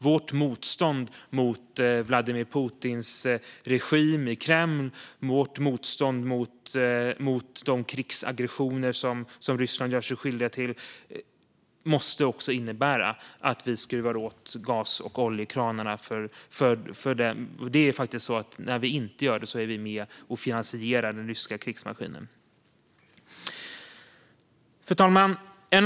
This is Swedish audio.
Vårt motstånd mot Vladimir Putins regim i Kreml och de krigsaggressioner som Ryssland gör sig skyldigt till måste också innebära att vi skruvar åt gas och oljekranarna, för när vi inte gör det är vi faktiskt med och finansierar den ryska krigsmaskinen. Fru talman!